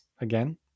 again